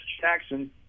Jackson